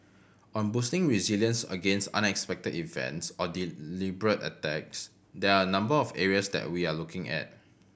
on boosting resilience against unexpected events or deliberate attacks there are a number of areas that we are looking at